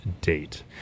date